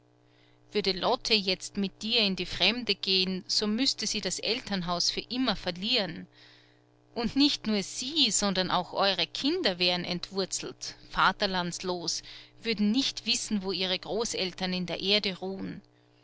würde lotte jetzt mit dir in die fremde gehen so müßte sie das elternhaus für immer verlieren und nicht nur sie sondern auch euere kinder wären entwurzelt vaterlandslos würden nicht wissen wo ihre großeltern in der erde ruhen